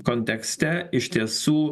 kontekste iš tiesų